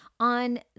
On